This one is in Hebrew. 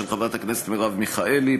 של חברת הכנסת מרב מיכאלי,